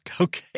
Okay